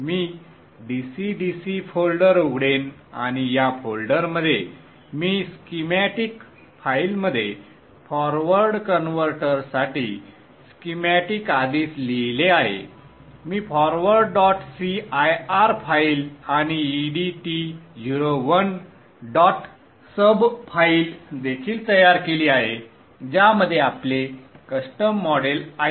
मी DC DC folder उघडेन आणि या फोल्डरमध्ये मी स्कीमॅटिक फाइलमध्ये फॉरवर्ड कन्व्हर्टर साठी स्कीमॅटिक आधीच लिहिले आहे मी फॉरवर्ड डॉट cir फाइल आणि edt01 डॉट सब फाइल देखील तयार केली आहे ज्यामध्ये आपले कस्टम मॉडेल आहेत